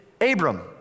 Abram